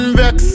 vex